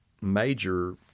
major